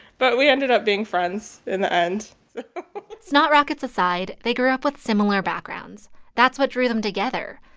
but we ended up being friends in the end snot rockets aside, they grew up with similar backgrounds that's what drew them together.